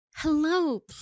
Hello